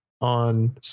on